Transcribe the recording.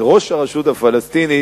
ראש הרשות הפלסטינית,